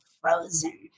frozen